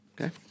Okay